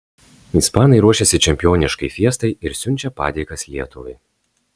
ispanai ruošiasi čempioniškai fiestai ir siunčia padėkas lietuvai